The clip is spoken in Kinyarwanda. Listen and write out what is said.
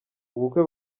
ubukwe